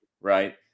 right